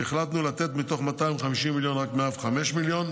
והחלטנו לתת מתוך 250 מיליון רק 105 מיליון,